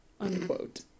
unquote